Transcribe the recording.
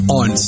on